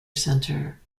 center